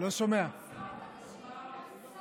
קואליציה שבעד זכויות הנשים.